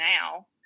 now